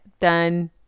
done